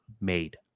made